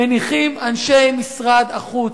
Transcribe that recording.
מניחים אנשי משרד החוץ.